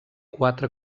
quatre